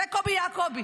זה קובי יעקובי,